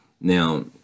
Now